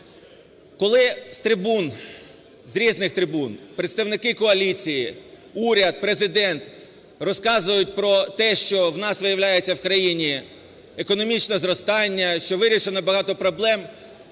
з різних трибун представники коаліції, уряд, Президент розказують про те, що у нас, виявляється, в країні економічне зростання, що вирішено багато проблем,